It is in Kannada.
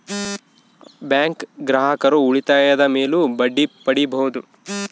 ಬ್ಯಾಂಕ್ ಗ್ರಾಹಕರು ಉಳಿತಾಯದ ಮೇಲೂ ಬಡ್ಡಿ ಪಡೀಬಹುದು